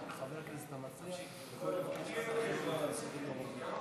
אני מבקש ועדת הכספים.